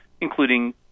including